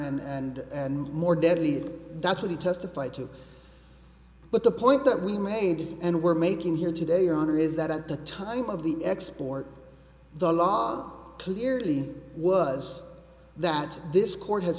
manner and and more deadly that's what he testified to but the point that we made and we're making here today honor is that at the time of the export the law clearly was that this court has